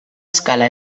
escala